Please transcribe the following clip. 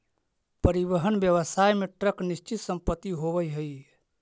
परिवहन व्यवसाय में ट्रक निश्चित संपत्ति होवऽ हई